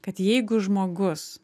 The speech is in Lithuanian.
kad jeigu žmogus